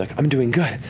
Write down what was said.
like i'm doing good,